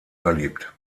verliebt